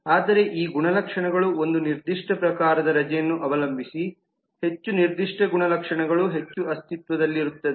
ಆದರೆ ಈ ಗುಣಲಕ್ಷಣಗಳು ಒಂದು ನಿರ್ದಿಷ್ಟ ಪ್ರಕಾರದ ರಜೆಯನ್ನು ಅವಲಂಬಿಸಿ ಹೆಚ್ಚು ನಿರ್ದಿಷ್ಟ ಗುಣಲಕ್ಷಣಗಳು ಹೆಚ್ಚು ಅಸ್ತಿತ್ವದಲ್ಲಿರುತ್ತವೆ